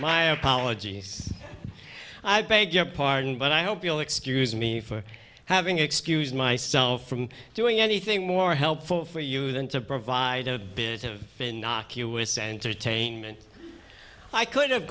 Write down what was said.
my apologies i beg your pardon but i hope you'll excuse me for having excused myself from doing anything more helpful for you than to provide a bit of fin knock you with center taint i could